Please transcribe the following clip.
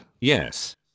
Yes